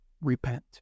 repent